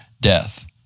death